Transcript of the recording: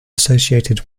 associated